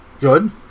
Good